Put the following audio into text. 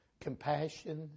Compassion